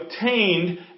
obtained